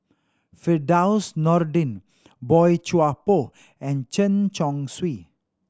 Firdaus Nordin Boey Chuan Poh and Chen Chong Swee